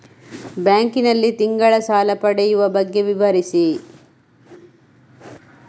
Bank ನಲ್ಲಿ ತಿಂಗಳ ಸಾಲ ಪಡೆಯುವ ಬಗ್ಗೆ ವಿವರಿಸಿ?